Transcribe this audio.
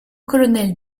colonel